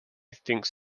thinks